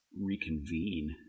reconvene